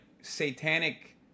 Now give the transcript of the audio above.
satanic